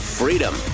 freedom